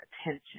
attention